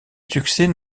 succès